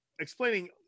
explaining